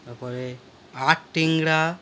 তার পরে আড় ট্যাংরা